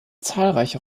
zahlreiche